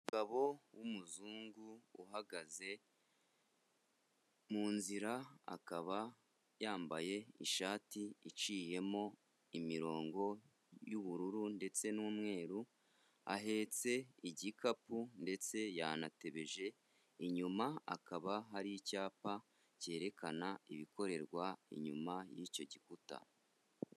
Umugabo w'umuzungu uhagaze mu nzira, akaba yambaye ishati iciyemo imirongo y'ubururu ndetse n'umweru, ahetse igikapu ndetse yanatebeje, inyuma hakaba hari icyapa cyerekana ibikorerwa inyuma y'icyo gikuta.